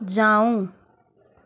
जाऊ